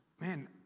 man